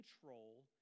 control